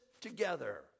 together